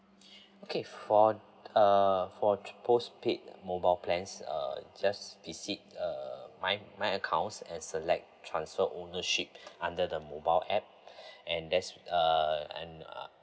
okay for uh for postpaid mobile plans uh just visit uh my my account and select transfer ownership under the mobile app and there's uh and uh